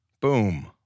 Boom